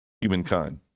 humankind